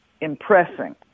impressing